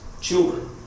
children